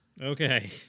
Okay